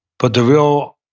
but the real